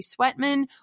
Sweatman